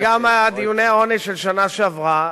וגם על דיוני העוני של השנה שעברה,